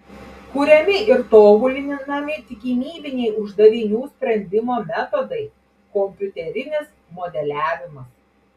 kuriami ir tobulinami tikimybiniai uždavinių sprendimo metodai kompiuterinis modeliavimas